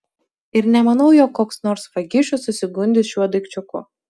ir nemanau jog koks nors vagišius susigundys šiuo daikčiuku